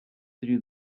through